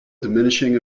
diminishing